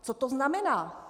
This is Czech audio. Co to znamená?